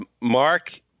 Mark